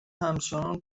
همچنان